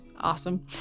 awesome